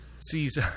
sees